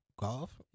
Golf